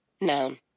Noun